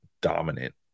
dominant